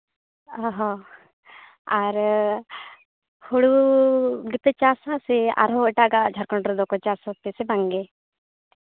ᱚ ᱦᱚᱸ ᱟᱨ ᱦᱩᱲᱩ ᱜᱮᱯᱮ ᱪᱟᱥᱟ ᱥᱮ ᱟᱨᱦᱚᱸ ᱮᱴᱟᱜᱟᱜ ᱡᱷᱟᱲᱠᱷᱚᱸᱰ ᱨᱮᱫᱚ ᱯᱮ ᱪᱟᱥᱟᱯᱮ ᱥᱮ ᱵᱟᱝ ᱜᱮ